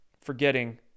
forgetting